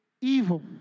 evil